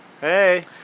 Hey